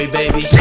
baby